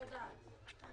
אני יודעת.